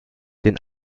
den